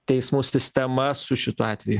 teismų sistema su šituo atveju